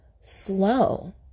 slow